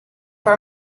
haar